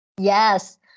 Yes